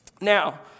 Now